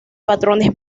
patrones